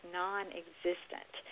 non-existent